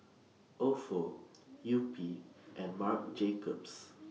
Ofo Yupi and Marc Jacobs